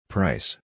Price